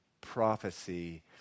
prophecy